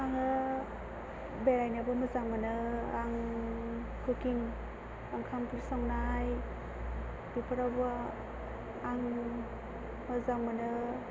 आङो बेरायनोबो मोजां मोनो आं कुकिं ओंखाम ओंख्रि संनाय बेफोरावबो आं मोजां मोनो